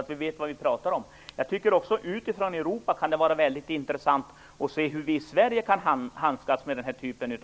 och vet vad vi talar om. Ute i Europa kan det också vara intressant att se hur vi i Sverige handskas med den här typen